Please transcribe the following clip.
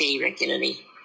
regularly